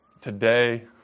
today